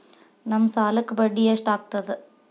ನಮ್ ಸಾಲಕ್ ಬಡ್ಡಿ ಎಷ್ಟು ಹಾಕ್ತಾರ?